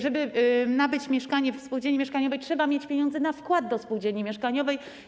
Żeby nabyć mieszkanie w spółdzielni mieszkaniowej, trzeba mieć pieniądze na wkład do spółdzielni mieszkaniowej.